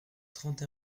trente